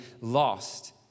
lost